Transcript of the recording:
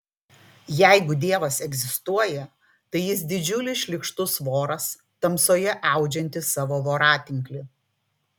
jeigu dievas egzistuoja tai jis didžiulis šlykštus voras tamsoje audžiantis savo voratinklį